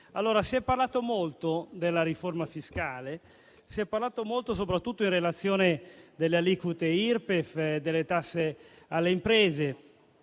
Si è parlato molto della riforma fiscale, soprattutto in relazione alle aliquote Irpef e alle tasse alle imprese.